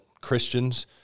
Christians